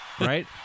Right